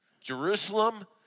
Jerusalem